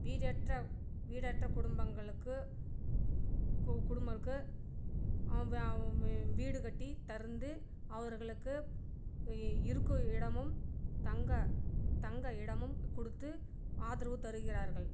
வீடற்ற வீடற்ற குடும்பங்களுக்கு குடும்பக்கு வீடு கட்டி தந்து அவர்களுக்கு இருக்கும் இடமும் தங்க தங்க இடமும் கொடுத்து ஆதரவு தருகிறார்கள்